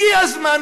הגיע הזמן.